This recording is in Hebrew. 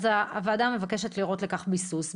אז הוועדה מבקשת לראות לכך ביסוס.